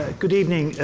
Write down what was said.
ah good evening,